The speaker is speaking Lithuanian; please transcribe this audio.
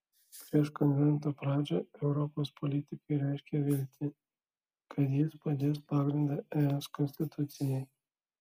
prieš konvento pradžią europos politikai reiškė viltį kad jis padės pagrindą es konstitucijai